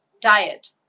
diet